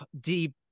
deep